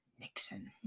Nixon